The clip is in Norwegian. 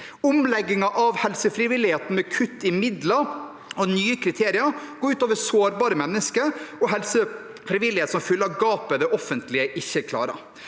Omleggingen av helsefrivilligheten, med kutt i midler og nye kriterier, går ut over sårbare mennesker og helsefrivillige som fyller gapet det offentlige ikke klarer.